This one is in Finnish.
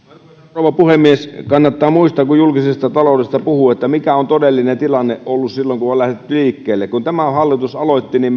rouva puhemies kannattaa muistaa kun julkisesta taloudesta puhuu mikä on todellinen tilanne ollut silloin kun on lähdetty liikkeelle kun tämä hallitus aloitti niin